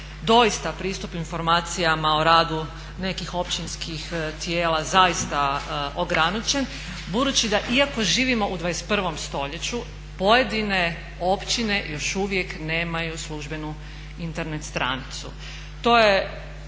doista pristup informacijama o radu nekih općinskih tijela zaista ograničen. Budući da iako živimo u 21. stoljeću pojedine općine još uvijek nemaju službenu Internet stranicu.